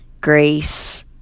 grace